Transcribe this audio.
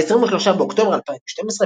ב-23 באוקטובר 2012,